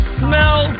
smell